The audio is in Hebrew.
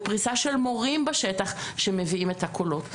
ופריסה של מורים בשטח שמביאים את הקולות.